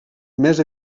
més